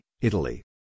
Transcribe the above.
Italy